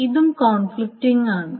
ഇതും കോൺഫ്ലിക്റ്റിംഗ് ആണ്